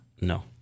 No